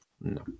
no